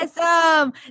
Awesome